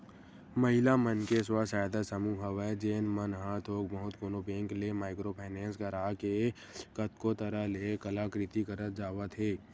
महिला मन के स्व सहायता समूह हवय जेन मन ह थोक बहुत कोनो बेंक ले माइक्रो फायनेंस करा के कतको तरह ले कलाकृति करत जावत हे